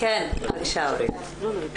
כן, בבקשה אורית.